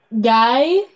guy